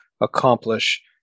accomplish